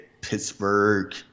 Pittsburgh